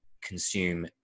consume